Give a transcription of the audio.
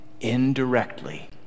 indirectly